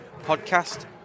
podcast